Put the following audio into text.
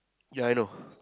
ya I know